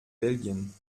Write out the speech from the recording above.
belgien